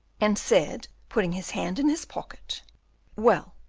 and said, putting his hand in his pocket well,